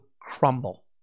crumble